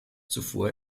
zuvor